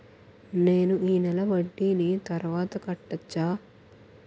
నేను ఈ నెల వడ్డీని తర్వాత కట్టచా?